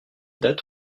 date